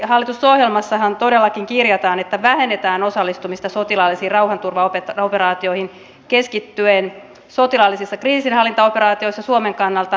hallitusohjelmassahan todellakin kirjataan että vähennetään osallistumista sotilaallisiin rauhanturvaoperaatioihin ja keskitytään sotilaallisissa kriisinhallintaoperaatioissa suomen kannalta merkityksellisimpiin ja vaikuttavimpiin operaatioihin